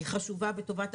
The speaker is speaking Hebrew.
היא חשובה וטובה.